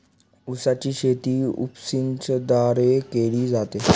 उसाची शेती उपसिंचनाद्वारे केली जाते